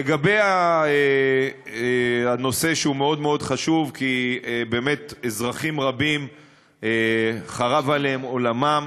לגבי הנושא שהוא מאוד מאוד חשוב כי באמת אזרחים רבים חרב עליהם עולמם.